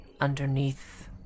underneath